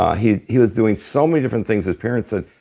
ah he he was doing so many different things his parents said,